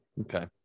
okay